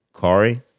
Kari